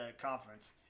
conference